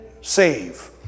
save